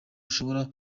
ushobora